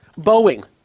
Boeing